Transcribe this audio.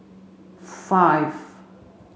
five